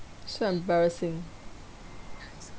so embarrassing